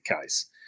case